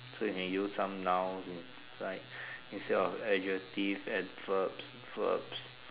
so you can use some nouns and like instead of adjectives adverbs verbs